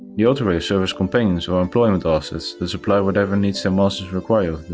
the autoreivs serve as companions or employment assets that supply whatever needs their masters require of